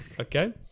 okay